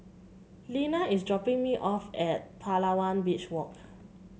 Leana is dropping me off at Palawan Beach Walk